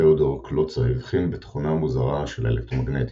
תיאודור קלוצה הבחין בתכונה מוזרה של האלקטרומגנטיות,